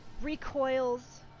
recoils